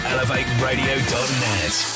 ElevateRadio.net